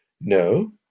No